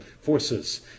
forces